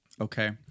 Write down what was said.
Okay